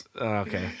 Okay